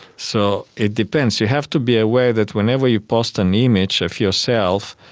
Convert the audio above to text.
so it depends. you have to be aware that whenever you post an image of yourself,